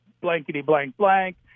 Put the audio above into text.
blankety-blank-blank